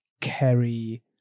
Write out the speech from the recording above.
carry